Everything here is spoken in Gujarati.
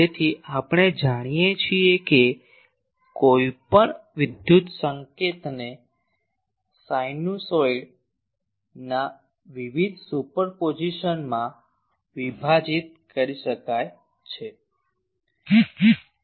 તેથી આપણે જાણીએ છીએ કે કોઈપણ વિદ્યુત સંકેતને સાયનુંસાઇડના વિવિધ સુપરપોઝિશનમાં વિભાજિત કરી શકાય છે